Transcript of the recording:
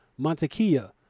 Montekia